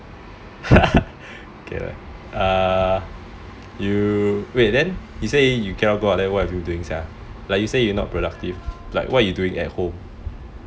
okay lah uh you wait then you say you cannot go out then what have you been doing sia like you say you not productive like what you doing at home